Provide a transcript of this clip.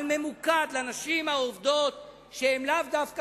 אבל ממוקד לנשים העובדות שהן דווקא